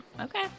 Okay